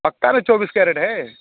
पक्का ना चौबीस कैरेट है